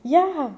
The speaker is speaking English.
ya